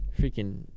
Freaking